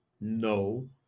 No